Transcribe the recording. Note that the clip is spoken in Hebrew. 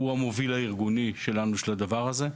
הוא המוביל הארגוני של הנושא הזה.